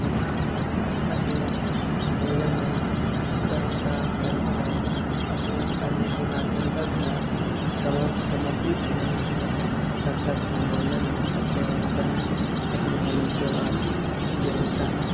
हम स्नान हम भोजन नहीं ग्रहण प्राप्त करते हैं और स्नान करने के बाद जब तक ग्रह समाप्त समर्पित नहीं होते हैं तब तक हम भोजन नहीं करते हैं और ग्रहण ख़त्म होने के बाद जो होता है